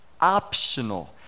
optional